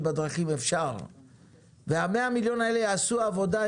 בדרכים אפשר וה-100 מיליון האלה יעשו עבודה,